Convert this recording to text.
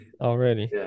Already